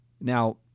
Now